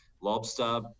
lobster